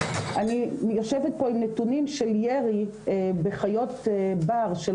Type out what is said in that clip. אני יושבת פה עם נתונים של ירי בחיות בר של